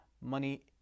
money